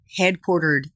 headquartered